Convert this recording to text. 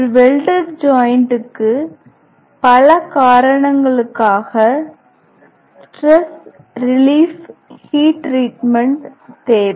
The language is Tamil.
ஒரு வெல்டெட் ஜாய்ண்ட்டுக்கு பல காரணங்களுக்காக ஸ்ட்ரெஸ் ரிலீப் ஹீட் ட்ரீட்மெண்ட் தேவை